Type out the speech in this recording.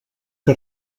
que